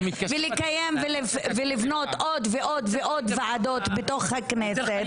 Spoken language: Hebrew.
לקיים ולבנות עוד ועוד ועדות בתוך הכנסת.